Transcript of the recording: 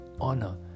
honor